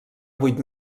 vuit